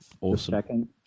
Awesome